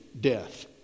death